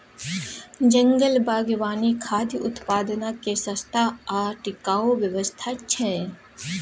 जंगल बागवानी खाद्य उत्पादनक सस्ता आ टिकाऊ व्यवस्था छै